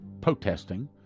protesting